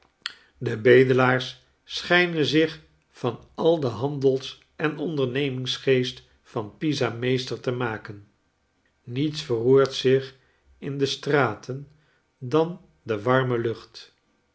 de bedelaars schijnen zich van al den handels en ondernemingsgeest van pisa meester te maken niets verroert zich in de straten dan de warme lucht